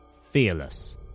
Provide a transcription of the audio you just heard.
Fearless